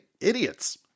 idiots